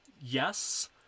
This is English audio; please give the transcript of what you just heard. Yes